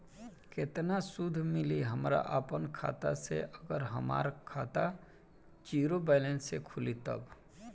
केतना सूद मिली हमरा अपना खाता से अगर हमार खाता ज़ीरो बैलेंस से खुली तब?